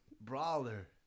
Brawler